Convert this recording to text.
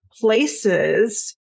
places